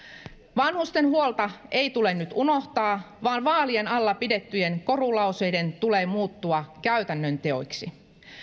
vanhusten huolta ei tule nyt unohtaa vaan vaalien alla pidettyjen korulauseiden tulee muuttua käytännön teoiksi